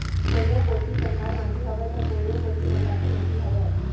कोनो कोती कन्हार माटी हवय त, कोनो कोती मटासी माटी हवय